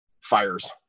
fires